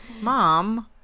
Mom